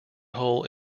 hole